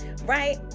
right